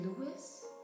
Lewis